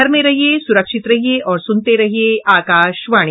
घर में रहिये सुरक्षित रहिये और सुनते रहिये आकाशवाणी